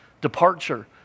departure